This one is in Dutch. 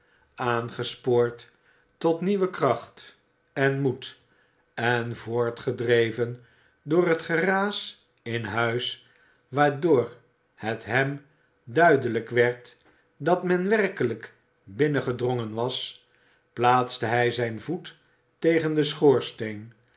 aangespoord tot nieuwe kracht en moed en voortgedreven door het geraas in huis waardoor het hem duidelijk werd dat men werkelijk binnengedrongen was plaatste hij zijn voet tegen den schoorsteen